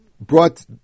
Brought